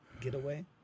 getaway